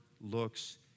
looks